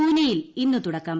പൂനെയിൽ ഇന്ന് തുടക്കം